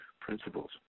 principles